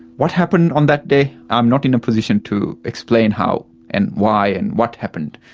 what happened on that day i'm not in a position to explain how and why and what happened,